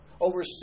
over